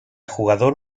jugador